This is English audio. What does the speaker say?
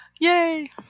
Yay